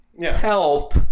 help